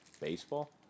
Baseball